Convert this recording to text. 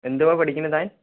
എന്തുവാ പഠിക്കണത് താൻ